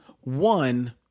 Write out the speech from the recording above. One